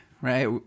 right